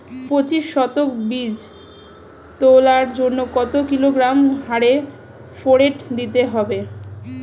পঁচিশ শতক বীজ তলার জন্য কত কিলোগ্রাম হারে ফোরেট দিতে হবে?